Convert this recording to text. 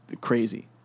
crazy